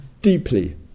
deeply